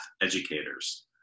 Educators